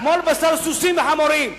כמו לבשר סוסים וחמורים.